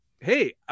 Hey